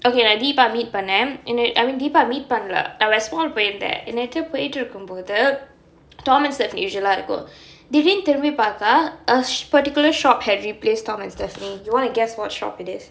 okay நான்:naan deepa meet பண்ணேன்:pannae I mean deepa meet பண்ல நான்:panla naan west mall போயிருந்தேன்:poyirunthaen போயிருத்திற்கும் போது:poyirunthirkkum pothu Tom & Stefanie usual lah இருக்கும் திடீரென்று திரும்பி பார்த்தா:irukkum thideenrendu tirumbi paarthaa a particular shop had replaced Tom & Stefanie you wanna guess what shop it is